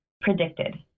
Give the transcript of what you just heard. predicted